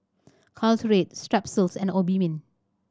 Caltrate Strepsils and Obimin